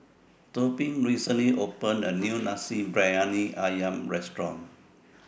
Tobin recently opened A New Nasi Briyani Ayam Restaurant